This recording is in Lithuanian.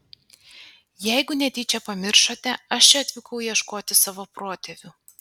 jeigu netyčia pamiršote aš čia atvykau ieškoti savo protėvių